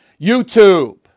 YouTube